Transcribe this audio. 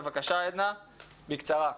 בבקשה,